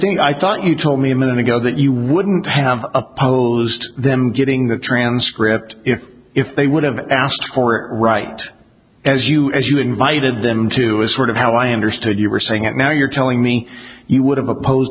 i thought you told me a minute ago that you wouldn't have opposed them getting the transcript if they would have asked for it right as you as you invited them to is sort of how i understood you were saying it now you're telling me you would have oppose